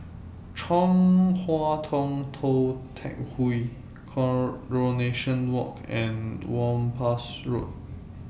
Chong Hua Tong Tou Teck Hwee Coronation Walk and Whampoa Road